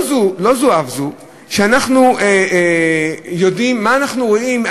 לא זו אף זו, שאנחנו יודעים, מה אנחנו רואים?